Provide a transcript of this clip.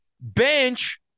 Bench